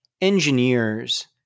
engineers-